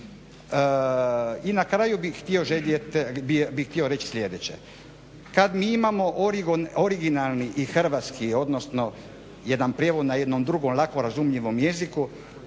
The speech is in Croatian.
željeti, bih htio reći sljedeće. Kada mi imamo originalni i hrvatski, odnosno jedan prijevod na jednom drugom lako razumljivom jeziku,